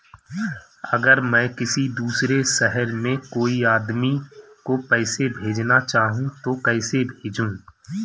अगर मैं किसी दूसरे शहर में कोई आदमी को पैसे भेजना चाहूँ तो कैसे भेजूँ?